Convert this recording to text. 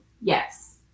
yes